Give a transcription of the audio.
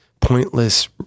pointless